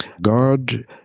God